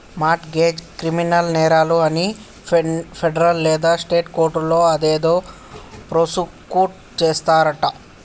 mart గెజ్, criminal నేరాలు అన్ని federal లేదా స్టేట్ కోర్టులో అదేదో ప్రాసుకుట్ చేస్తారంటి